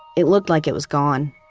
it looked like it was gone